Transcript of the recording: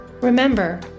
Remember